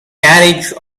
carriage